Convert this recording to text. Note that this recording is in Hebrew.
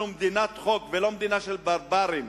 אנחנו מדינת חוק, ולא מדינה של ברברים.